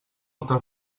altre